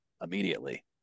immediately